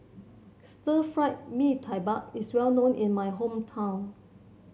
Stir Fry Mee Tai Mak is well known in my hometown